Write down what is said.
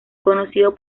conocido